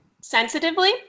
sensitively